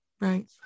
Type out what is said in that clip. Right